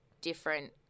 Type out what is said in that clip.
different